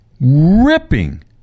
ripping